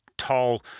tall